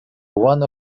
one